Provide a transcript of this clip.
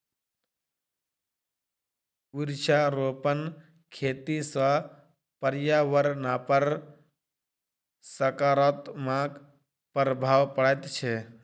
वृक्षारोपण खेती सॅ पर्यावरणपर सकारात्मक प्रभाव पड़ैत छै